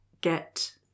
get